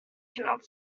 cannot